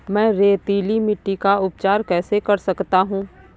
मैं रेतीली मिट्टी का उपचार कैसे कर सकता हूँ?